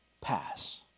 pass